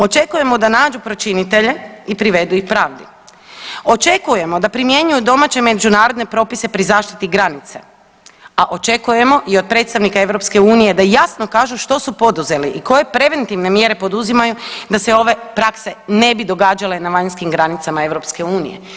Očekujemo da nađu počinitelje i privedu ih pravdi, očekujemo da primjenjuje domaće međunarodne propise pri zaštiti granice, a očekujemo i od predstavnika EU da jasno kažu što su poduzeli i koje preventivne mjere poduzimaju da se ove prakse ne bi događale na vanjskim granicama EU.